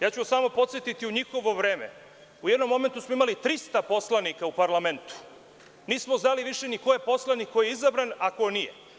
Samo ću vas podsetiti, u njihovo vreme u jednom momentu smo imali 300 poslanika u parlamentu, nismo znali više ni ko je poslanik koji je izabran a ko nije.